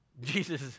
jesus